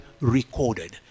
recorded